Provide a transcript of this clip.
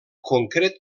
concret